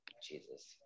Jesus